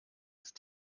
ist